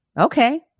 okay